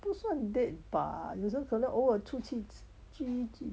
不算 date bah 有时候可能偶尔出去去去